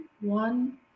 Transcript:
one